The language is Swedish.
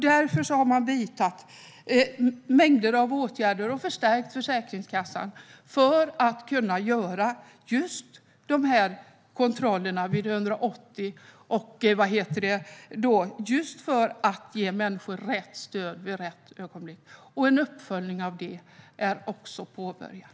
Därför har man vidtagit mängder av åtgärder och förstärkt Försäkringskassan för att kunna göra just dessa kontroller vid 180 dagar och så vidare för att kunna ge rätt stöd vid rätt ögonblick. En uppföljning av detta är också påbörjad.